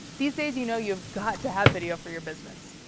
these days, you know you have got to have video for your business.